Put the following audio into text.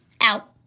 out